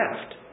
left